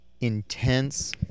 intense